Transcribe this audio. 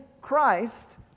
Christ